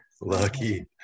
lucky